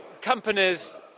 companies